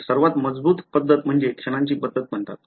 तर सर्वात मजबूत पद्धत म्हणजे क्षणांची पद्धत म्हणतात